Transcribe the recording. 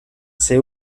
sei